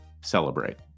celebrate